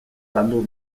landu